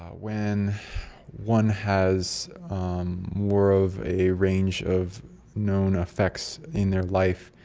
when one has more of a range of known effects in their life